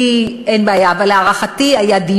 אני יודע שיש המשך.